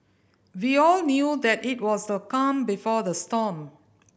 we all knew that it was the calm before the storm